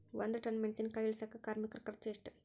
ಒಂದ್ ಟನ್ ಮೆಣಿಸಿನಕಾಯಿ ಇಳಸಾಕ್ ಕಾರ್ಮಿಕರ ಖರ್ಚು ಎಷ್ಟು?